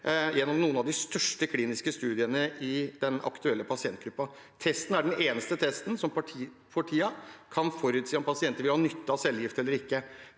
gjennom noen av de største kliniske studiene som er gjennomført i den aktuelle pasientgruppen. Testen er den eneste testen som for tiden kan forutsi om pasientene vil ha nytte av cellegift eller ikke.